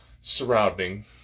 surrounding